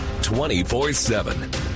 24-7